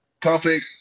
conflict